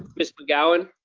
miss mcgowan?